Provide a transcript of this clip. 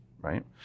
right